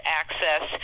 access